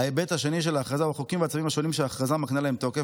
ההיבט השני של ההכרזה הוא החוקים והצווים השונים שההכרזה מקנה להם תוקף.